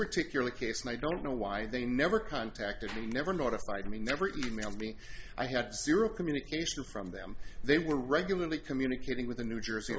particular case and i don't know why they never contacted me never notified me never to e mail me i had zero communication from them they were regularly communicating with the new jersey